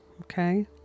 okay